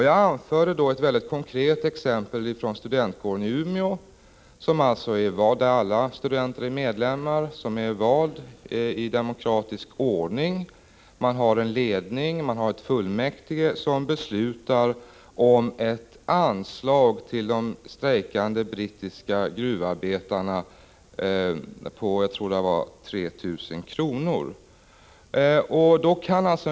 Jag anförde ett mycket konkret exempel från studentkåren i Umeå, där alla studenter är kårmedlemmar. Ledningen för denna var vald i demokratisk ordning, och man hade också ett fullmäktige, som hade beslutat om ett anslag på, som jag vill minnas, 3 000 kr. till de strejkande brittiska gruvarbetarna.